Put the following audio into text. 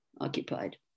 occupied